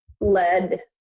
led